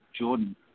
Jordan